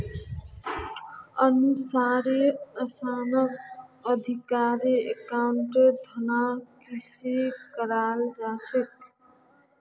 स्थानीय सरकारेर द्वारे अकाउन्टिंग अनुसंधानक निर्देशित कराल जा छेक